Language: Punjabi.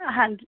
ਹਾਂਜੀ